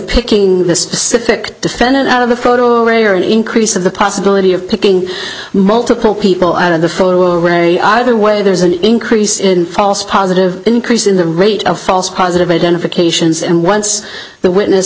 picking the specific defendant out of the photo array or an increase of the possibility of picking multiple people out of the fall away either way there's an increase in false positive increase in the rate of false positive identifications and once the witness